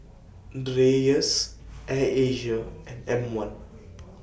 Dreyers Air Asia and M one